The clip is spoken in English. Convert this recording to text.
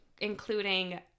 including